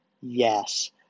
Yes